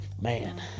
Man